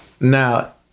now